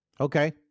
okay